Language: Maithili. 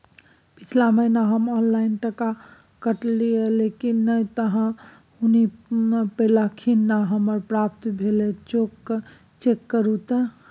पिछला महीना हम ऑनलाइन टका कटैलिये लेकिन नय त हुनी पैलखिन न हमरा प्राप्त भेल, चेक करू त?